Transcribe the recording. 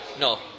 No